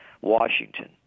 Washington